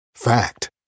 Fact